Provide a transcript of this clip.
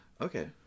Okay